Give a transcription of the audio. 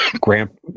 grand